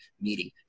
meeting